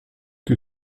que